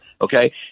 okay